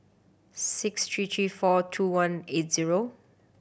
six three three four two one eight zero